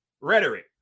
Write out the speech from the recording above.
rhetoric